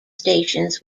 stations